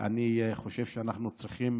אני חושב שאנחנו צריכים